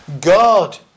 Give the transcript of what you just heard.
God